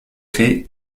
fées